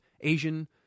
Asian